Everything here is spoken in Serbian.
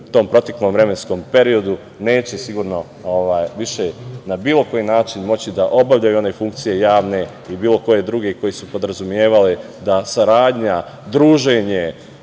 tom proteklom vremenskom periodu neće sigurno više na bilo koji način moći da obavljaju one funkcije javne i bilo koje druge, koje su podrazumevale da saradnja, druženje,